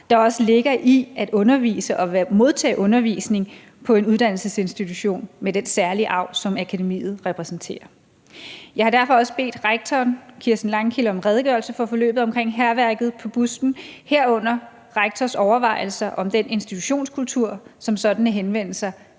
der også ligger i at undervise og modtage undervisning på en uddannelsesinstitution med den særlige arv, som akademiet repræsenterer. Jeg har derfor også bedt rektoren, Kirsten Langkilde, om en redegørelse for forløbet omkring hærværket på busten, herunder rektors overvejelser om den institutionskultur, som sådanne hændelser